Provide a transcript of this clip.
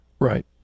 Right